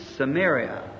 Samaria